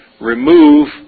remove